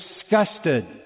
disgusted